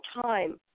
time